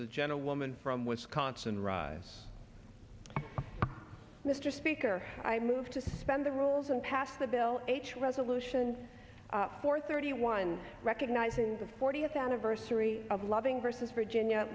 the gentlewoman from wisconsin rise mr speaker i move to suspend the rules and pass the bill resolutions four thirty one recognizing the fortieth anniversary of loving versus virginia